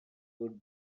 would